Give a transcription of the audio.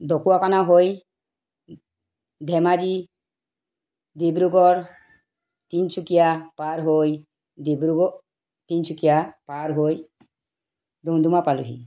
ঢকুৱাখানা হৈ ধেমাজি ডিব্ৰুগড় তিনিচুকীয়া পাৰ হৈ ডিব্ৰুগড় তিনিচুকীয়া পাৰ হৈ ডুমডুমা পালোহি